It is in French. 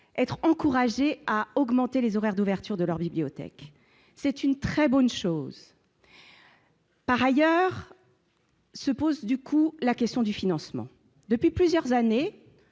être encouragé à augmenter les horaires d'ouverture de leur bibliothèque c'est une très bonne chose par ailleurs. Se pose du coup la question du financement depuis plusieurs années,